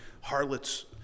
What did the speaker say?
harlots